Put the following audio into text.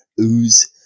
ooze